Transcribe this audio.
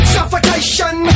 Suffocation